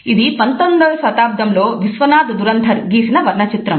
ఇది 19వ శతాబ్దంలో విశ్వనాధ్ దురంధర్ గీసిన వర్ణ చిత్రం